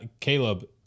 Caleb